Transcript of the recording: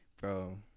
bro